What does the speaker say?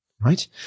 right